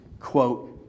quote